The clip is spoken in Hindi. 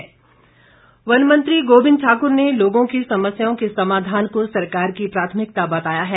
गोविंद ठाक्र वन मंत्री गोविंद ठाकुर ने लोगों की समस्याओं के समाधान को सरकार की प्राथमिकता बताया है